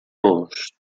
most